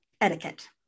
etiquette